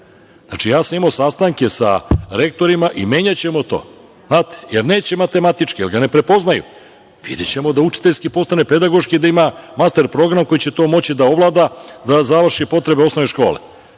Imao sam sastanke sa rektorima i menjaćemo to. Jel neće matematičke? Jel ga ne prepoznaju? Videćemo da učiteljski postane pedagoški i da ima master program koji će to moći da ovlada, da završi potrebe osnovne škole. Moramo